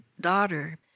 daughter